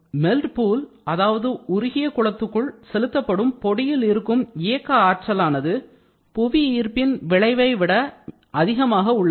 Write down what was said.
melt pool அதாவது உருகிய குளத்துக்குள் செலுத்தப்படும் பொடியில் இருக்கும் இயக்க ஆற்றலானது புவியீர்ப்பின் விளைவைவிட அதிகமாக உள்ளது